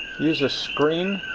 use a screen,